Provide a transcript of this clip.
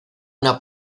una